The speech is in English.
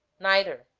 neither,